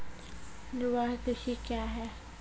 निवाहक कृषि क्या हैं?